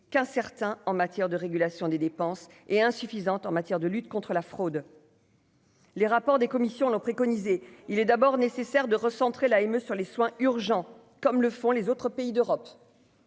qu'un certain en matière de régulation des dépenses est insuffisant en matière de lutte contre la fraude. Les rapports des commissions préconisé, il est d'abord nécessaire de recentrer la AME sur les soins urgents comme le font les autres pays d'Europe,